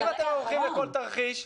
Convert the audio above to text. אם אתם ערוכים לכל תרחיש,